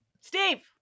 Steve